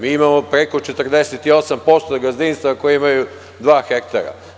Mi imamo preko 48% gazdinstava koja imaju dva hektara.